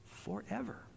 forever